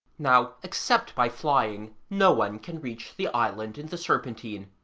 now, except by flying, no one can reach the island in the serpentine,